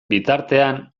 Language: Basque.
bitartean